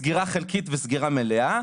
סגירה חלקית וסגירה מלאה.